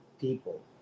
people